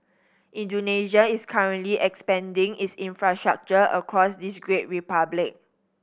Indonesia is currently expanding its infrastructure across this great republic